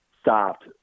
stopped